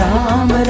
Ram